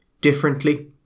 differently